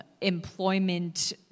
employment